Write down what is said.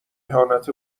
اهانت